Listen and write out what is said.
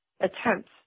attempts